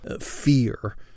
fear